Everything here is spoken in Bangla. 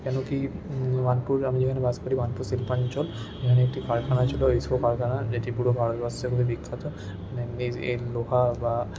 কেন কী বার্নপুর আমি যেখানে বাস করি বার্নপুর শিল্পাঞ্চল ওখানে একটি কারখানা ছিল ইসকো কারখানা যেটি পুরো ভারতবর্ষের মধ্যে বিখ্যাত এর লোহা বা